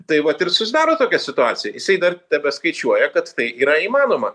tai vat ir susidaro tokia situacija jisai dar tebeskaičiuoja kad tai yra įmanoma